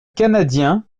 canadien